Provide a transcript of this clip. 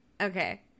okay